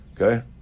Okay